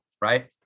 right